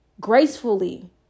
gracefully